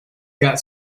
got